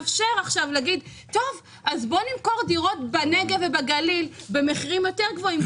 שמאפשר להגיד: נמכור דירות בנגב ובגליל במחירים יותר גבוהים,